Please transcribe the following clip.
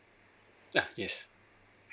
ya yes